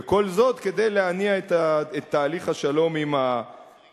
וכל זאת כדי להניע את תהליך השלום עם הפלסטינים.